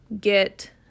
get